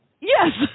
Yes